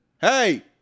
hey